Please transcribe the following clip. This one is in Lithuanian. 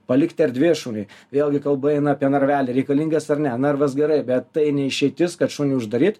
palikti erdvės šuniui vėlgi kalba eina apie narvelį reikalingas ar ne narvas gerai bet tai ne išeitis kad šunį uždaryt